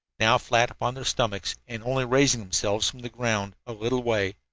now flat upon their stomachs, and only raising themselves from the ground a little way,